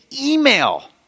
email